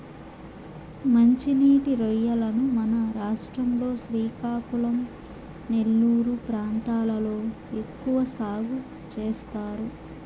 మంచి నీటి రొయ్యలను మన రాష్ట్రం లో శ్రీకాకుళం, నెల్లూరు ప్రాంతాలలో ఎక్కువ సాగు చేస్తారు